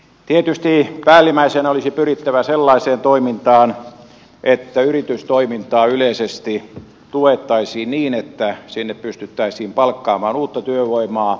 tietysti päällimmäisenä olisi pyrittävä sellaiseen toimintaan että yritystoimintaa yleisesti tuettaisiin niin että sinne pystyttäisiin palkkaamaan uutta työvoimaa